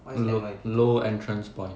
l~ low entrance point